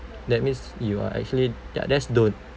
that means you are actually ya that's don't